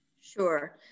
Sure